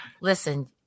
Listen